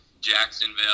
Jacksonville